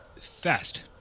Fast